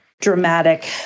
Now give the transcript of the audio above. dramatic